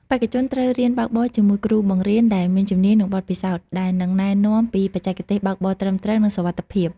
បេក្ខជនត្រូវរៀនបើកបរជាមួយគ្រូបង្រៀនដែលមានជំនាញ និងបទពិសោធន៍ ដែលនឹងណែនាំពីបច្ចេកទេសបើកបរត្រឹមត្រូវ និងសុវត្ថិភាព។